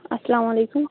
اَلسلامُ علیکُم